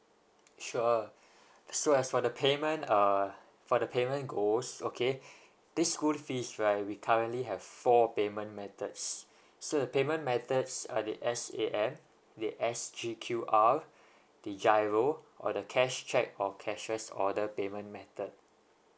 sure so as for the payment uh for the payment goals okay this school fees right we currently have four payment methods so the payment methods are the s a m the s g q r the giro or the cash check or cashiers or the payment method